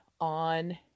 on